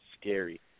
scary